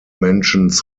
mentions